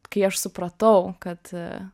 kai aš supratau kad